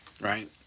Right